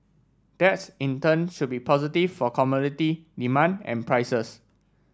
that's in turn should be positive for commodity demand and prices